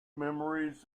memories